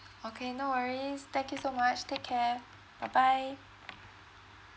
okay no worries thank you so much take care bye bye